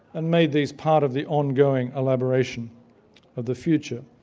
and made these part of the ongoing elaboration of the future.